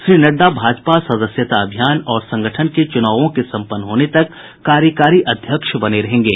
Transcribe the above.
श्री नड्डा भाजपा सदस्यता अभियान और संगठन के चुनावों के संपन्न होने तक कार्यकारी अध्यक्ष बने रहेंगे